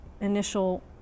initial